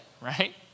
right